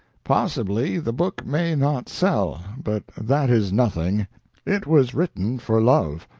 possibly the book may not sell, but that is nothing it was mitten for love.